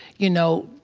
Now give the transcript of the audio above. you know,